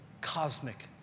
cosmic